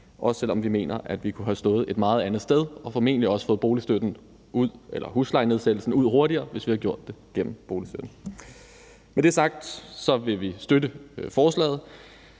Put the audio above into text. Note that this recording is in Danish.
også selv om vi mener, at vi kunne have stået et helt andet sted og formentlig også fået huslejenedsættelsen ud hurtigere, hvis vi havde gjort det igennem boligstøtten. Med det sagt vil vi støtte forslaget.